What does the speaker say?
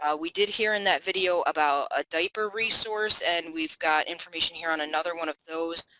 ah we did here in that video about a diaper resource and we've got information here on another one of those